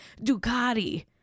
Ducati